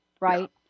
right